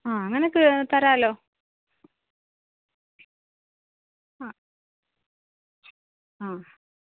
ആ നിനക്ക് തരാമല്ലോ ആ ആ